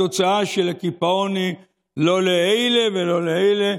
התוצאה של הקיפאון היא לא לאלה ולא לאלה,